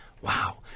Wow